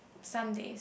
some days